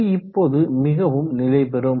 இது இப்போது மிகவும் நிலைபெறும்